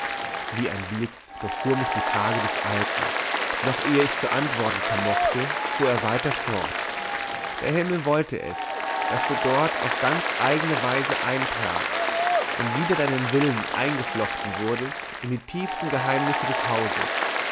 wie ein blitz durchfuhr mich diese frage des alten noch ehe ich zu antworten vermochte fuhr er weiter fort der himmel wollte es daß du dort auf ganz eigne weise eintratst und wider deinen willen eingeflochten wurdest in die tiefsten geheimnisse des hauses